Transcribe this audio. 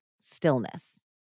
stillness